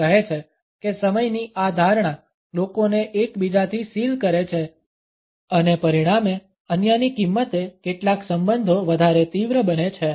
તે કહે છે કે સમયની આ ધારણા લોકોને એક બીજાથી સીલ કરે છે અને પરિણામે અન્યની કિંમતે કેટલાક સંબંધો વધારે તીવ્ર બને છે